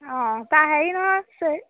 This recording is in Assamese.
অঁ তাৰ হেৰি নহয় চেই